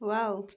wow